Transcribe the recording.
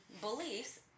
beliefs